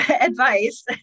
advice